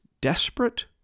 desperate